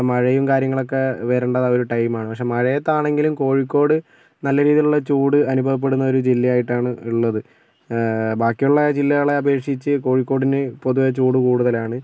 മഴയും കാര്യങ്ങളൊക്കെ അ വരേണ്ട ഒരു ടൈം ആണ് പക്ഷേ മഴയത്താണെങ്കിലും കോഴിക്കോട് നല്ല രീതിയിലുള്ള ചൂട് അനുഭവപ്പെടുന്ന ഒരു ജില്ലയായിട്ടാണ് ഉള്ളത് ബാക്കി ഉള്ള ജില്ലകളെ അപേക്ഷിച്ച് കോഴിക്കോടിന് പൊതുവേ ചൂട് കൂടുതൽ ആണ്